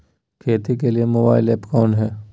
खेती के लिए मोबाइल ऐप कौन है?